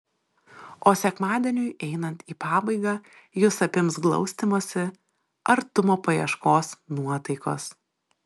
o sekmadieniui einant į pabaigą jus apims glaustymosi artumo paieškos nuotaikos